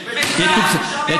זה